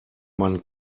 man